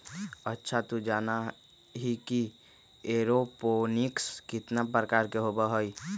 अच्छा तू जाना ही कि एरोपोनिक्स कितना प्रकार के होबा हई?